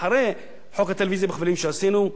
אחרי חוק הטלוויזיה בכבלים שעשינו,